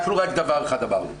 אנחנו רק דבר אחד אמרנו,